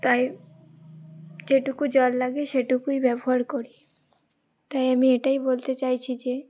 তাই যেটুকু জল লাগে সেটুকুই ব্যবহার করি তাই আমি এটাই বলতে চাইছি যে